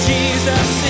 Jesus